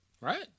Right